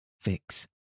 fix